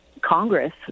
Congress